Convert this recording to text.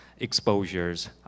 Exposures